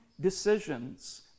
decisions